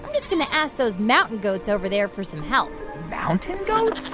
i'm just going to ask those mountain goats over there for some help mountain goats?